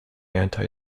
anti